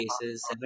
cases